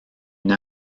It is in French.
une